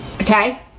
Okay